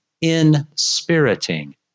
inspiriting